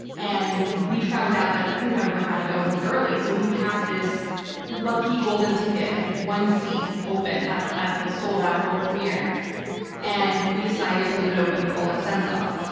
and we found out that a crew member had to go home early so we had this lucky golden ticket, one seat open at at the sold out world premiere and we decided to leave it open for oleg sentsov.